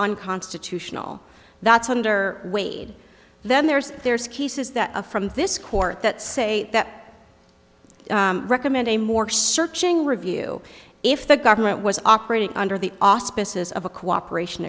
on constitutional that's under wade then there's there's cases that from this court that say that recommend a more searching review if the government was operating under the auspices of a cooperation